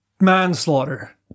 manslaughter